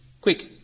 Quick